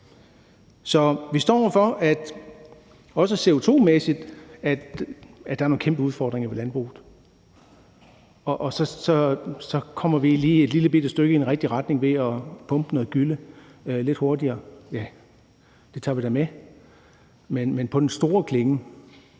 der også CO2-mæssigt er nogle kæmpe udfordringer i landbruget. Og så kommer vi lige et lillebitte stykke i den rigtige retning ved at pumpe noget gylle lidt hurtigere. Ja, det tager vi da med, men på den store klinge